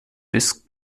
bis